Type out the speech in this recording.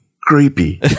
creepy